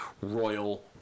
Royal